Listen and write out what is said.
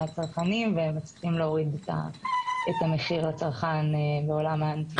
והם מצליחים להוריד את המחיר לצרכן בעולם האנטיגן.